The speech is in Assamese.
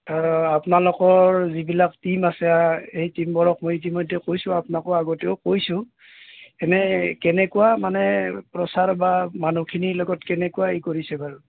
আপোনালোকৰ যিবিলাক টীম আছে এই টীমবোৰক মই ইতিমধ্যে কৈছোঁ আপোনাকো আগতেও কৈছোঁ এনেই কেনেকুৱা মানে প্ৰচাৰ বা মানুহখিনিৰ লগত কেনেকুৱা ই কৰিছে বাৰু